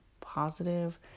positive